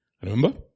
Remember